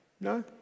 no